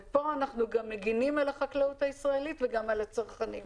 ופה אנחנו גם מגנים על החקלאות הישראלית וגם על הצרכנים.